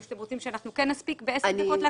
או שאתם חושבים שנספיק לעשות אותם בעשר דקות.